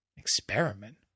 Experiment